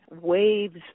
waves